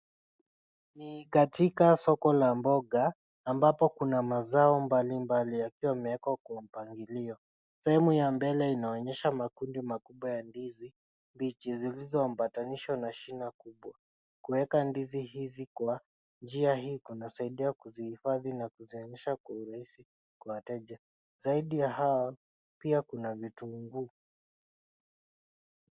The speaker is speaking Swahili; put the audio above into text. Ni katika soko la mboga ambapo kuna mazao mbalimbali yakiwa yamewekwa kwa mpangilio. Sehemu ya mbele inaonyesha makundi makubwa ya ndizi mbichi zilizoambatanishwa na shina kubwa. Kuweka ndizi hizi kwa njia hii kunasaidia kuzihifadhi na kuzionyesha kwa urahisi kwa wateja. Zaidi ya hao pia kuna vitunguu.